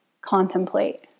contemplate